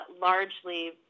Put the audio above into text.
largely